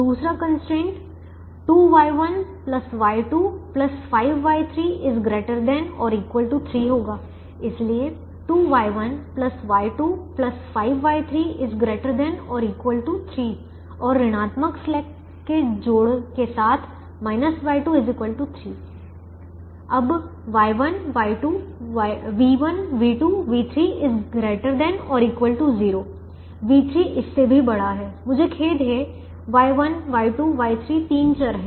दूसरा constraint 2Y1 Y2 5Y3 ≥ 3 होगा इसलिए 2Y1 Y2 5Y3 ≥ 3 और ऋणात्मक स्लैक के जोड़ के साथ v2 3 अब Y1 Y2 v1 v2 v3 ≥ 0 V3 इससे भी बड़ा है मुझे खेद है Y1 Y2 Y3 तीन चर हैं